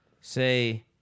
say